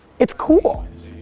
it's cool.